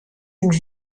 une